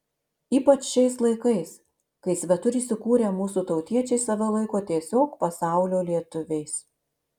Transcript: ypač šiais laikais kai svetur įsikūrę mūsų tautiečiai save laiko tiesiog pasaulio lietuviais